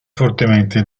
fortemente